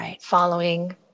following